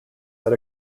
that